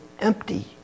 empty